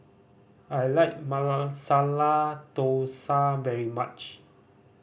I like Masala Dosa very much